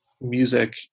music